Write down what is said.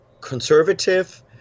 conservative